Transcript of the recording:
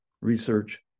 research